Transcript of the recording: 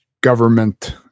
government